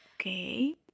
Okay